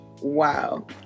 Wow